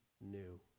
new